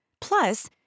Plus